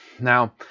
Now